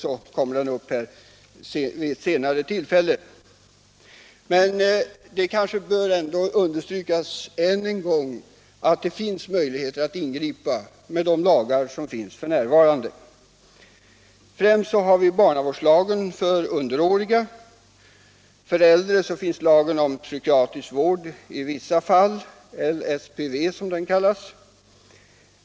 Frågan kommer upp här vid ett senare tillfälle. Emellertid kanske det ändå bör understrykas än en gång att det finns möjligheter att ingripa med de lagar vi har f. n. Främst har vi barnavårdslagen för underåriga. För äldre finns lagen om beslutande av sluten psykiatrisk vård i vissa fall — LSPV som den kallas.